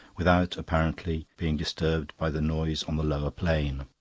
without, apparently, being disturbed by the noise on the lower plane.